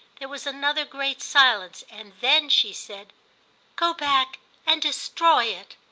there was another great silence, and then she said go back and destroy it.